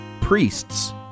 priests